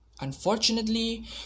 Unfortunately